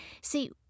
See